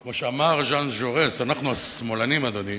כמו שאמר ז'אן ז'ורס, אנחנו השמאלנים, אדוני,